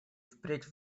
впредь